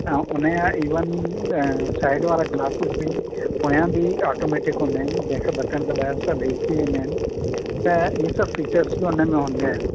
आऊं हुनजा even side वारा ग्लासेज़ बि पोयां बि ऑटोमैटिक हूंदा आहिनि जंहिं खे बटन दॿाइण सां हेठि थी वेंदा आहिनि त इहे सभु फीचर्स बि उन में हूंदा आहिनि